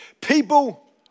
people